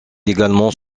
également